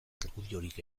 argudiorik